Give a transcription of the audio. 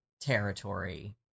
territory